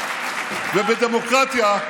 ובדמוקרטיה,